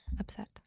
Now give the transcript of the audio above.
upset